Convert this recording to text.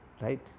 Right